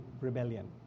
rebellion